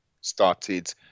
started